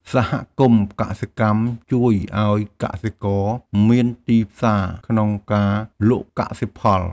សហគមន៍កសិកម្មជួយឱ្យកសិករមានទីផ្សារក្នុងការលក់កសិផល។